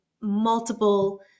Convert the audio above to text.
multiple